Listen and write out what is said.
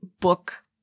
book